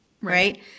Right